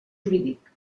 jurídic